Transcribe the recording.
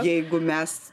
jeigu mes